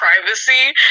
privacy